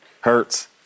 hurts